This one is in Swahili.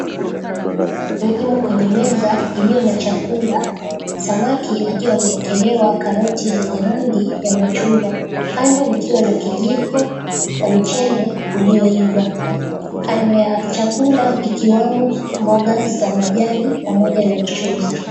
Imo kwenye meza iliyo na chakula, samaki akiwa amewekelewa karoti zenye rangi ya machungwa, kando mkiwa na kijiko na mchele ulioiva. Kando ya chakula ikiwemo mboga za majani pamoja na mchuzi.